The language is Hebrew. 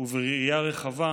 ובראייה רחבה,